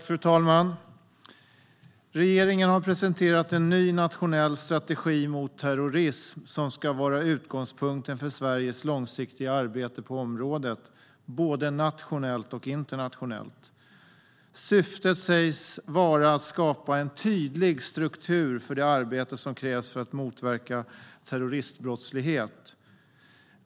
Fru talman! Regeringen har presenterat en ny nationell strategi mot terrorism som ska vara utgångspunkten för Sveriges långsiktiga arbete på området, både nationellt och internationellt. Syftet sägs vara att skapa en tydlig struktur för det arbete som krävs för att motverka terroristbrottslighet.